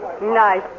Nice